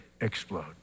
explode